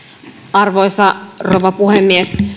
arvoisa rouva puhemies